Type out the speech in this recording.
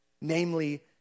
namely